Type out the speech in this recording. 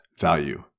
value